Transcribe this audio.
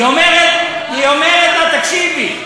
היא אומרת לה, תקשיבי,